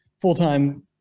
full-time